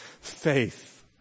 faith